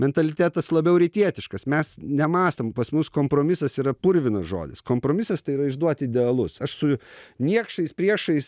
mentalitetas labiau rytietiškas mes nemąstom pas mus kompromisas yra purvinas žodis kompromisas tai yra išduot idealus aš su niekšais priešais